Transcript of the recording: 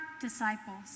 disciples